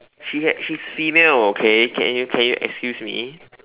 she had she's female okay can you can you excuse me